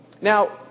Now